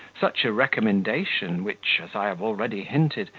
such a recommendation, which, as i have already hinted,